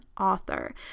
author